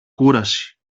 κούραση